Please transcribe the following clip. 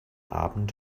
abend